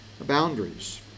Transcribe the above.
boundaries